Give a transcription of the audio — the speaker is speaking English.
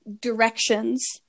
directions